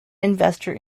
investor